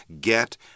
get